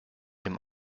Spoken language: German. dem